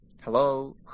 Hello